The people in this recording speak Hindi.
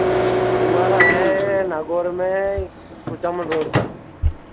हमारा है नागौर में कुचामन रोड पर